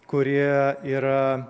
kurie yra